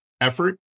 effort